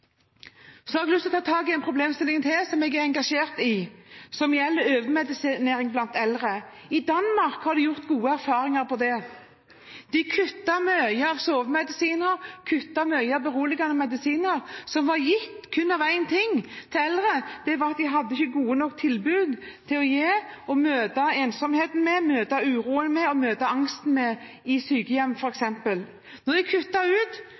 en problemstilling til som jeg er engasjert i, og som gjelder overmedisinering av eldre. I Danmark har de gjort gode erfaringer på dette. De kuttet mye av bruken av sovemedisiner og beroligende medisiner, som ble gitt kun av én grunn: De hadde ikke gode nok tilbud for å møte ensomheten, uroen og angsten i f.eks. sykehjem. Da de kuttet bruken og brukte mer fysisk aktivitet, sov pasientene bedre, og de